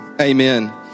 Amen